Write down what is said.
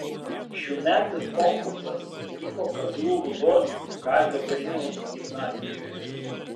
šiųmetis konkursas vyko kazlų rūdos kazio griniaus gimnazijoje